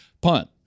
punt